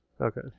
Okay